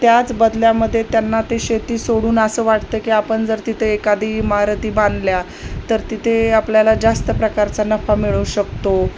त्याच बदल्यामध्ये त्यांना ते शेती सोडून असं वाटतं की आपण जर तिथे एखादी इमारती बांधल्या तर तिथे आपल्याला जास्त प्रकारचा नफा मिळू शकतो